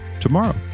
tomorrow